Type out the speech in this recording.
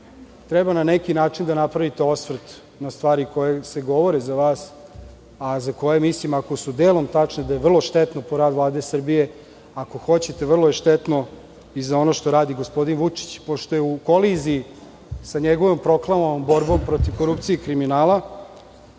treba na neki način da napravite osvrt na stvari koje se govore za vas, a za koje mislim, ako su delom tačne, da je vrlo štetno po rad Vlade Srbije, ako hoćete, vrlo je štetno i za ono što radi gospodin Vučić, pošto je u koliziji sa njegovom proklamovanom borbom protiv korupcije i kriminala